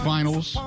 Finals